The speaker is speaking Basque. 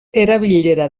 erabilera